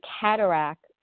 cataract